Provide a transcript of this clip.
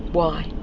why?